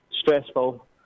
stressful